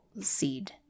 seed